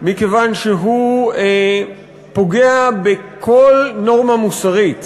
מכיוון שהוא פוגע בכל נורמה מוסרית.